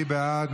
מי בעד?